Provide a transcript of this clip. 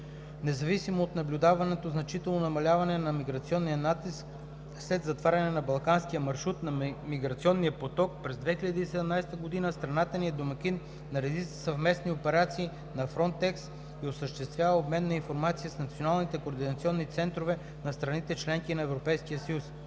Независимо от наблюдаваното значително намаляване на миграционния натиск след „затваряне“ на Балканския маршрут на миграционния поток през 2017 г. страната ни е домакин на редица съвместни операции на Фронтекс и осъществява обмен на информации с Националните координационни центрове на страните – членки на Европейския съюз.